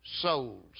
souls